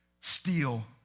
steal